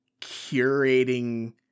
curating